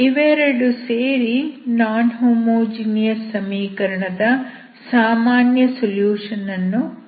ಇವೆರಡು ಸೇರಿ non homogeneous ಸಮೀಕರಣದ ಸಾಮಾನ್ಯ ಸೊಲ್ಯೂಷನ್ ಅನ್ನು ಕೊಡುತ್ತವೆ